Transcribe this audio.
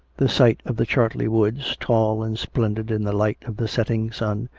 the sight of the chartley woods, tall and splendid in the light of the setting sun,